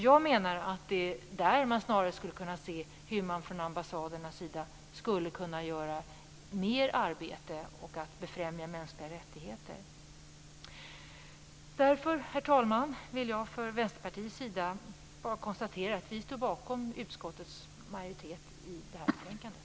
Jag menar att det snarare är det man skulle kunna se på för att undersöka hur ambassaderna kan göra mer arbete för att främja mänskliga rättigheter. Därför, herr talman, vill jag från Vänsterpartiets sida bara konstatera att vi står bakom utskottets majoritet i det här betänkandet.